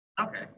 Okay